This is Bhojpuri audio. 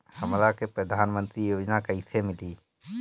हमरा के प्रधानमंत्री योजना कईसे मिली?